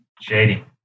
Shady